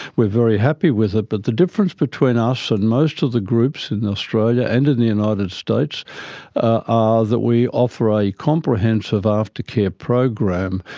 very happy with it, but the difference between us and most of the groups in australia and in the united states are that we offer a comprehensive after-care program,